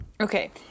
Okay